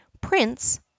Prince